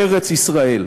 בארץ-ישראל.